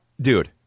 dude